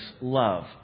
love